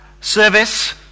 service